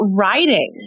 writing